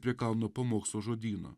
prie kalno pamokslo žodyno